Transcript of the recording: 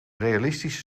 realistische